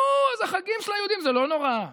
נו, אז החגים של היהודים, זה לא נורא.